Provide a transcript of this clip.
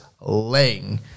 laying